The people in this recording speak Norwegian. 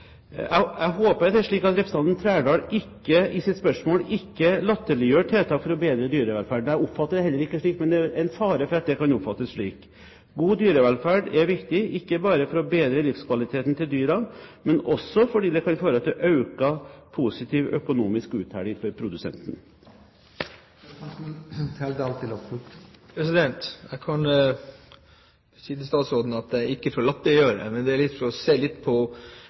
Jeg håper at representanten Trældal i sitt spørsmål ikke latterliggjør tiltak for å bedre dyrevelferden. Jeg oppfatter det heller ikke slik, men det er en fare for at det kan oppfattes slik. God dyrevelferd er viktig, ikke bare for å bedre livskvaliteten til dyrene, men også fordi det kan føre til økt positiv økonomisk uttelling for produsenten. Jeg kan si til statsråden at det er ikke for å latterliggjøre, men det er for å se litt på